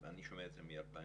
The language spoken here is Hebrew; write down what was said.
ואני שומע את זה מ-2013,